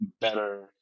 better